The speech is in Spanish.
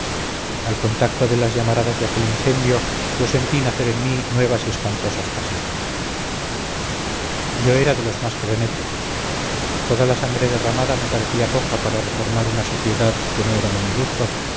al contacto de las llamaradas de aquel incendio yo sentí nacer en mí nuevas y espantosas pasiones yo era de los más frenéticos toda la sangre derramada me parecía poca para reformar una sociedad que no era de mi gusto